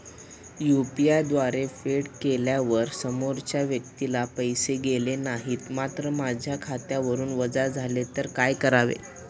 UPI द्वारे फेड केल्यावर समोरच्या व्यक्तीला पैसे गेले नाहीत मात्र माझ्या खात्यावरून वजा झाले तर काय करावे?